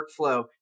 workflow